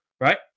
right